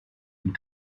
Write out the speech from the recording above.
and